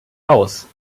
aus